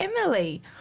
Emily